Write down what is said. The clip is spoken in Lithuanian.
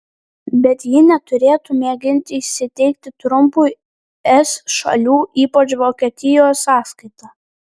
bet ji neturėtų mėginti įsiteikti trumpui es šalių ypač vokietijos sąskaita